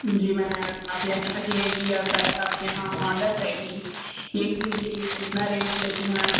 जी ma'am आप यह बता सकती हैं कि यह बाइक आपके यहाँ होंडा सैन की एक दिन के लिए कितना रेंट लेती हैं मैम